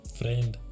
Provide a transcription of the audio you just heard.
friend